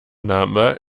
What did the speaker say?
number